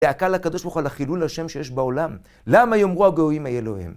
דא עקא לקדוש ברוך הוא על חילול השם שיש בעולם, למה יאמרו הגויים איה אלוהים?